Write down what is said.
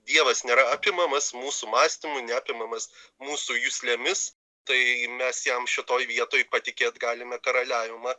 dievas nėra apimamas mūsų mąstymu neapimamas mūsų juslėmis tai mes jam šitoj vietoj patikėt galime karaliavimą